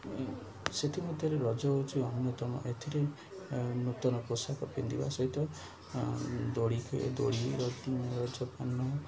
ସେଥିମଧ୍ୟରେ ରଜ ହେଉଛି ଅନ୍ୟତମ ଏଥିରେ ନୂତନ ପୋଷାକ ପିନ୍ଧିବା ସହିତ ଦୋଳି ଦୋଳି ରଜ ପାନ